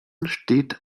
steht